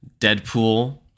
Deadpool